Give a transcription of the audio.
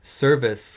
Service